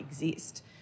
exist